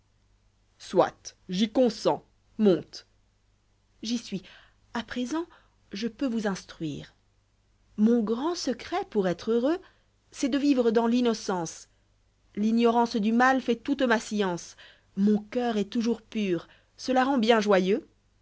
soit j'y consens monté ï'y suis a i résent je peux vous instruire mon grand secret pour être liéurénx c'est de vivre dans l'innocence'i l'ignoratfce du mal fait toute ma science mon coeur est toujours pur cela fend bien'joyeux